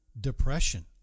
depression